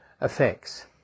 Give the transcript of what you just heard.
effects